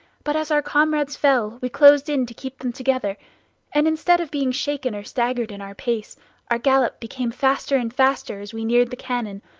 but as our comrades fell, we closed in to keep them together and instead of being shaken or staggered in our pace our gallop became faster and faster as we neared the cannon.